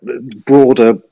broader